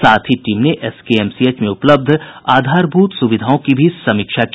साथ ही टीम ने एसकेएमसीएच में उपलब्ध आधारभूत सुविधाओं की भी समीक्षा की